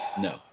No